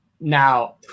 Now